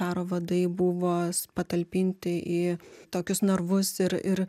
karo vadai buvo patalpinti į tokius narvus ir ir